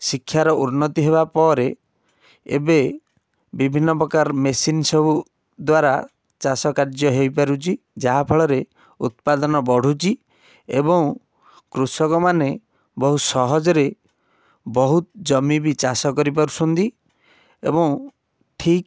ଶିକ୍ଷାର ଉନ୍ନତି ହେବାପରେ ଏବେ ବିଭିନ୍ନ ପ୍ରକାର ମେସିନ୍ ସବୁ ଦ୍ୱାରା ଚାଷକାର୍ଯ୍ୟ ହେଇପାରୁଛି ଯାହାଫଳରେ ଉତ୍ପାଦନ ବଢ଼ୁଛି ଏବଂ କୃଷକମାନେ ବହୁତ ସହଜରେ ବହୁତ ଜମି ବି ଚାଷ କରିପାରୁଛନ୍ତି ଏବଂ ଠିକ୍